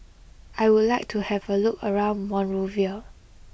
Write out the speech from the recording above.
I would like to have a look around Monrovia